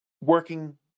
working